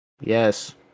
Yes